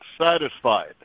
satisfied